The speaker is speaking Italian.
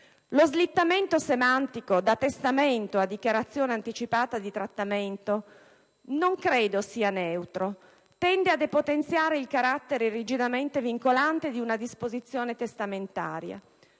Lo slittamento semantico da testamento a dichiarazione anticipata di trattamento non credo sia neutro; tende a depotenziare il carattere rigidamente vincolante di una disposizione testamentaria.